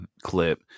clip